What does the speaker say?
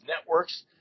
networks